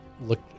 look